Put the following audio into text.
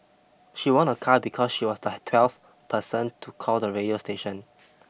she won a car because she was the twelfth person to call the radio station